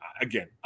again